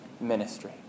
ministry